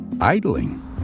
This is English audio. idling